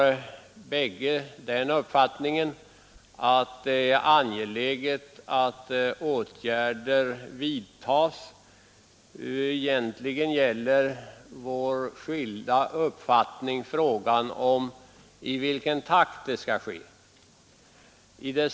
På båda hållen har man uppfattningen att det är angeläget att åtgärder vidtas; skiljaktigheterna gäller egentligen bara frågan i vilken takt detta skall ske.